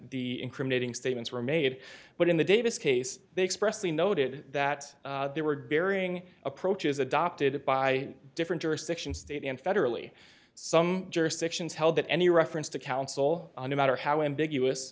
the incriminating statements were made but in the davis case they express the noted that there were bearing approaches adopted by different jurisdictions state and federally some jurisdictions held that any reference to counsel on a matter how ambiguous